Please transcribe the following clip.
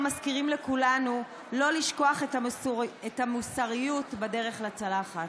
מזכירים לכולנו: לא שוכחים את המוסריות בדרך לצלחת,